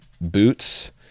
boots